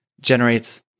generates